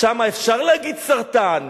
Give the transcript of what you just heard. שם אפשר להגיד "סרטן".